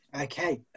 Okay